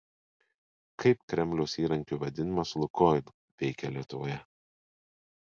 kaip kremliaus įrankiu vadinamas lukoil veikė lietuvoje